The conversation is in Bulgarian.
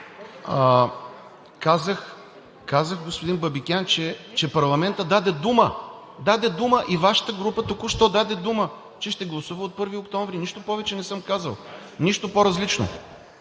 Казах, господин Бабикян, че парламентът даде дума и Вашата група току-що даде дума, че ще гласува за от 1 октомври. Нищо друго не съм казал, нищо по-различно!